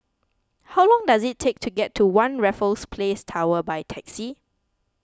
how long does it take to get to one Raffles Place Tower by taxi